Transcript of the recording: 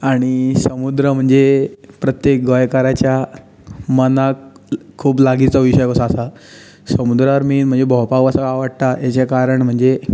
आनी समुद्र म्हणजे प्रत्येक गोंयकाराच्या मनाक खूब लागींचो विशय कसो आसा समुद्रार मेन म्हणजे भोंवपाक वचपाक आवडटा हाजें कारण म्हणजे